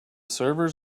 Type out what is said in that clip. servers